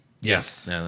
Yes